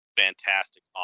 fantastic